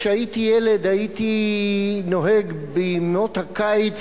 כשהייתי ילד הייתי נוהג בימות הקיץ